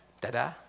Dada